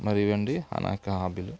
మరి ఇవండీ నా యొక్క హాబీలు